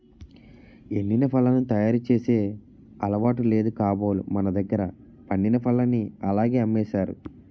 ఎండిన పళ్లను తయారు చేసే అలవాటు లేదు కాబోలు మనదగ్గర పండిన పల్లని అలాగే అమ్మేసారు